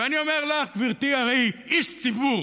ואני אומר לך, גברתי, הרי איש ציבור